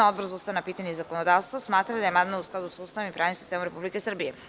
Odbor za ustavna pitanja i zakonodavstvo smatra da je amandman u skladu sa Ustavom i pravnim sistemom Republike Srbije.